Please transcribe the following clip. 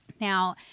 Now